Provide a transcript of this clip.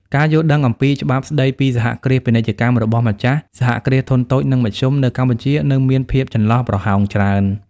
ការយល់ដឹងអំពី "ច្បាប់ស្ដីពីសហគ្រាសពាណិជ្ជកម្ម" របស់ម្ចាស់ សហគ្រាសធុនតូច និងមធ្យម នៅកម្ពុជានៅមានភាពចន្លោះប្រហោងច្រើន។